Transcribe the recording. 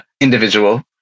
individual